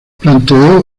planteó